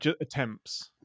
attempts